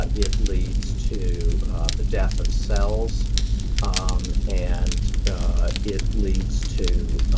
but it leads to the death of cells um and it leads to